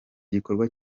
gikorwa